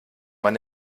man